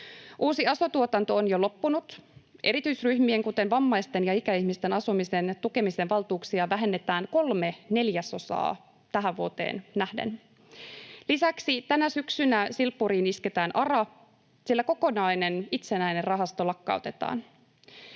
Uusi aso-tuotanto on jo loppunut. Erityisryhmien, kuten vammaisten ja ikäihmisten, asumisen tukemisen valtuuksia vähennetään kolme neljäsosaa tähän vuoteen nähden. Lisäksi tänä syksynä silppuriin isketään ARA, sillä kokonainen itsenäinen rahasto lakkautetaan.